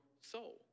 soul